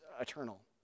eternal